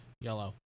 yellow